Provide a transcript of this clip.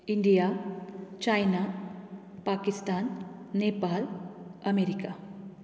India China Pakistan Nepal America